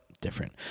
different